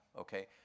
okay